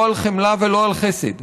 לא על חמלה ולא על חסד.